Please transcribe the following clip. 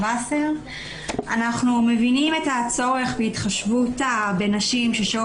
אנחנו מבינים את הצורך בהתחשבות בנשים ששהו